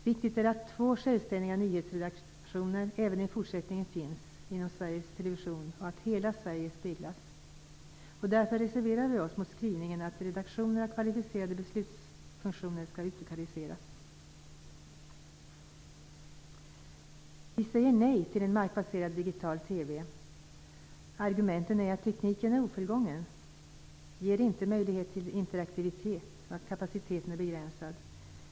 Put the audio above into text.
Viktigt är att två självständiga nyhetsredaktioner även i fortsättningen finns inom Sveriges Television och att hela Sverige speglas. Därför reserverar vi oss mot skrivningen att redaktionernas kvalificerade beslutsfunktioner skall utlokaliseras. Vi säger nej till en markbaserad digital TV. Argumenten är att tekniken är ofullgången och inte ger möjlighet till interaktivitet och att kapaciteten är begränsad.